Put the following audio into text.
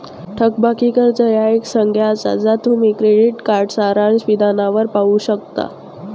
थकबाकी कर्जा ह्या एक संज्ञा असा ज्या तुम्ही क्रेडिट कार्ड सारांश विधानावर पाहू शकता